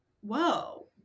whoa